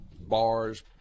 bars